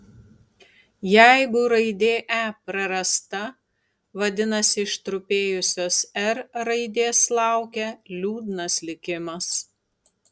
jeigu raidė e prarasta vadinasi ištrupėjusios r raidės laukia liūdnas likimas